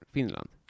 Finland